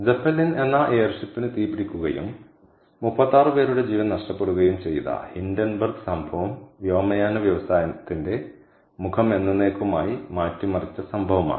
Zeppelin എന്ന എയർഷിപ്പിന് തീപിടിക്കുകയും 36 പേരുടെ ജീവൻ നഷ്ടപ്പെടുകയും ചെയ്ത ഹിൻഡൻബർഗ് സംഭവം വ്യോമയാന വ്യവസായത്തിന്റെ മുഖം എന്നെന്നേക്കുമായി മാറ്റിമറിച്ച സംഭവമാണ്